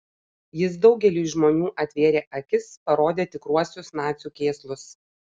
jis daugeliui žmonių atvėrė akis parodė tikruosius nacių kėslus